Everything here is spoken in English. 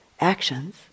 actions